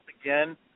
again